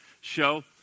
show